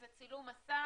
זה צילום מסך,